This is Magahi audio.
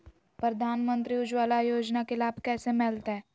प्रधानमंत्री उज्वला योजना के लाभ कैसे मैलतैय?